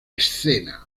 escena